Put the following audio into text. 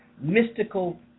mystical